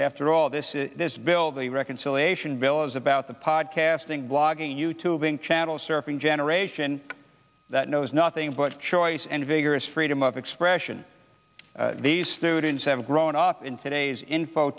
after all this is this bill the reconciliation bill is about the pod casting blogging you tube channel surfing generation that knows nothing but choice and vigorous freedom of expression these students have grown up in today's info